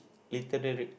literar~